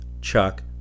Chuck